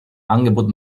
angebot